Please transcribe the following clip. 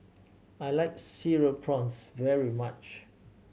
I like Cereal Prawns very much